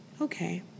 okay